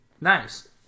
Nice